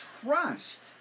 trust